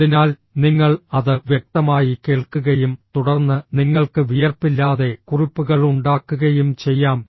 അതിനാൽ നിങ്ങൾ അത് വ്യക്തമായി കേൾക്കുകയും തുടർന്ന് നിങ്ങൾക്ക് വിയർപ്പില്ലാതെ കുറിപ്പുകൾ ഉണ്ടാക്കുകയും ചെയ്യാം